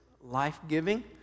life-giving